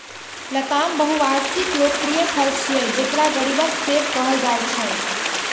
लताम बहुवार्षिक लोकप्रिय फल छियै, जेकरा गरीबक सेब कहल जाइ छै